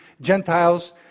Gentiles